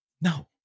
no